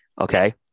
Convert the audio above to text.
okay